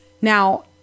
Now